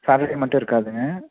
Saturday மட்டும் இருக்காதுங்க